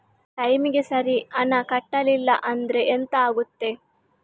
ಟೈಮಿಗೆ ಸರಿ ಹಣ ಕಟ್ಟಲಿಲ್ಲ ಅಂದ್ರೆ ಎಂಥ ಆಗುತ್ತೆ?